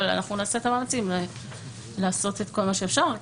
אבל אנחנו נעשה את המאמצים לעשות את כל מה שאפשר,